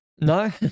no